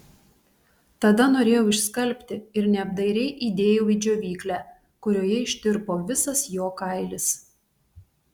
tada norėjau išskalbti ir neapdairiai įdėjau į džiovyklę kurioje ištirpo visas jo kailis